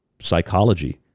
psychology